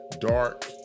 dark